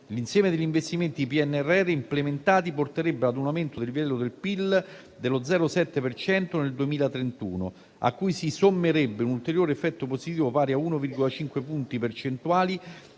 l'insieme degli investimenti PNRR implementati porterebbe ad un aumento del livello del PIL dello 0,7 per cento nel 2031, a cui si sommerebbe un ulteriore effetto positivo pari a 1,5 punti percentuali,